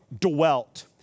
dwelt